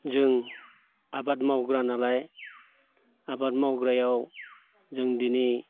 जों आबाद मावग्रा नालाय आबाद मावग्रायाव जों दिनै